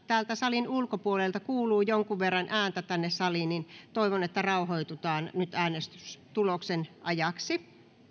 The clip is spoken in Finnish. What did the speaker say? salin ulkopuolelta kuuluu jonkin verran ääntä tänne saliin toivon että rauhoitutaan nyt äänestystuloksen ajaksi